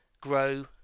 grow